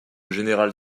général